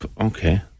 Okay